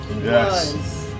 Yes